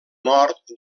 nord